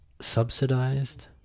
subsidized